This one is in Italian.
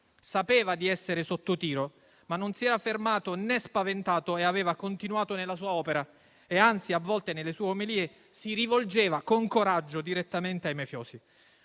Sapeva di essere sotto tiro, ma non si è fermato, né spaventato e ha continuato nella sua opera. Anzi, a volte, nelle sue omelie si rivolgeva con coraggio direttamente ai mafiosi.